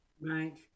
Right